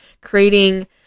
creating